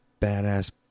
badass